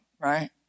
right